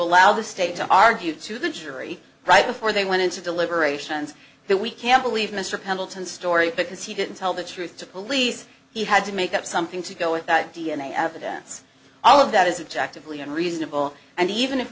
allow the state to argue to the jury right before they went into deliberations that we can't believe mr pendleton story because he didn't tell the truth to police he had to make up something to go with that d n a evidence all of that is objective leon reasonable and even if